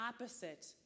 opposite